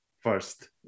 first